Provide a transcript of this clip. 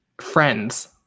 Friends